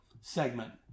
segment